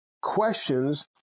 Questions